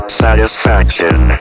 satisfaction